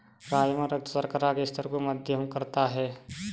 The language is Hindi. राजमा रक्त शर्करा के स्तर को मध्यम करता है